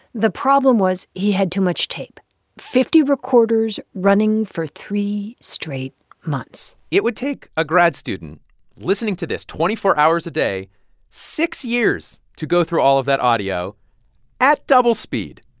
the problem was he had too much tape fifty recorders running for three straight months it would take a grad student listening to this twenty four hours a day six years to go through all of that audio at double speed.